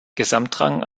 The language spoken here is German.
gesamtrang